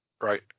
Right